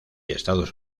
estados